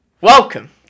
Welcome